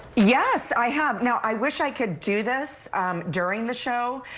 yes, i have. now, i wish i could do this during the show.